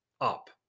up